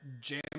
Jam